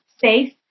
safe